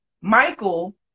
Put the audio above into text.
Michael